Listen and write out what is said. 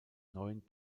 neuen